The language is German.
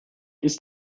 ist